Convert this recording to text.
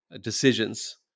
decisions